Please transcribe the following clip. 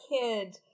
kid